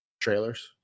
Trailers